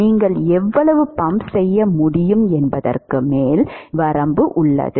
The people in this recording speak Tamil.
நீங்கள் எவ்வளவு பம்ப் செய்ய முடியும் என்பதற்கு மேல் வரம்பு உள்ளது